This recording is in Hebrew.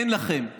אין לכם.